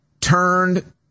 turned